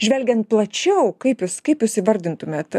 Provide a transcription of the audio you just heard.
žvelgiant plačiau kaip jūs kaip jūs įvardintumėt